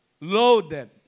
Loaded